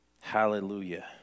Hallelujah